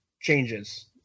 changes